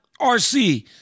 RC